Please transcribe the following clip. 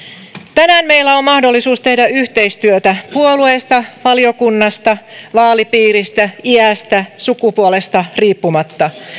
tänään meillä on mahdollisuus tehdä yhteistyötä puolueesta valiokunnasta vaalipiiristä iästä sukupuolesta riippumatta